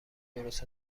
درست